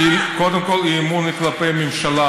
קודם כל אי-האמון הוא כלפי הממשלה,